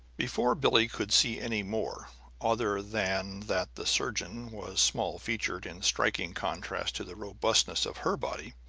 before billie could see any more other than that the surgeon was small-featured in striking contrast to the robustness of her body,